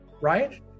right